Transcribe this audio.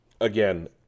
Again